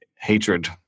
hatred